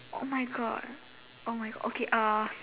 oh my God my okay